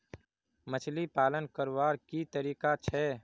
मछली पालन करवार की तरीका छे?